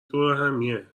دورهمیه